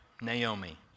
Naomi